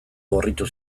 gorritu